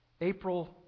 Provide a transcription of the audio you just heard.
April